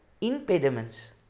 impediments